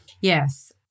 Yes